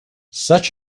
such